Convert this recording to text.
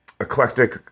eclectic